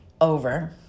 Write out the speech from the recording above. over